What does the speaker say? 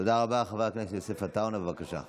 החבר'ה האלה שבמעצר מינהלי